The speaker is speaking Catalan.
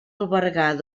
albergar